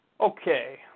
Okay